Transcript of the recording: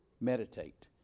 meditate